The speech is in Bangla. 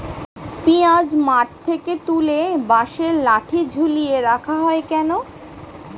পিঁয়াজ মাঠ থেকে তুলে বাঁশের লাঠি ঝুলিয়ে রাখা হয় কেন?